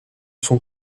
son